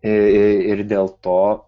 ir ir dėl to